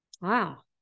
wow